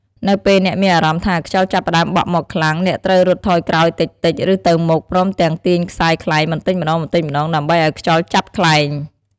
នៅពេលអ្នកមានអារម្មណ៍ថាខ្យល់ចាប់ផ្តើមបក់មកខ្លាំង អ្នកត្រូវរត់ថយក្រោយតិចៗ ឬទៅមុខ ព្រមទាំងទាញខ្សែខ្លែងបន្តិចម្តងៗ ដើម្បីឱ្យខ្យល់ចាប់ខ្លែង។